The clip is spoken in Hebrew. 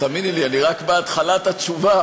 אז תאמיני לי, אני רק בהתחלת התשובה.